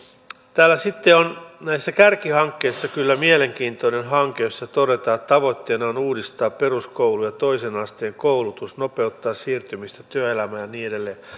täällä sitten on näissä kärkihankkeissa kyllä mielenkiintoinen hanke jossa todetaan että tavoitteena on uudistaa peruskoulu ja toisen asteen koulutus nopeuttaa siirtymistä työelämään ja niin edelleen